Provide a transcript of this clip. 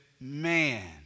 man